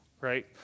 right